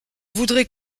voudrais